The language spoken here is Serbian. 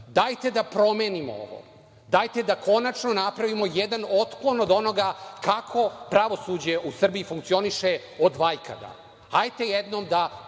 daje. Dajte da promenimo ovo. Dajte da konačno napravimo jedan otpon od onoga kako pravosuđe u Srbiji funkcioniše od vajkada. Hajde jednom da